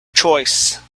choice